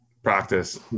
Practice